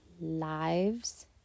lives